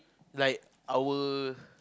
like our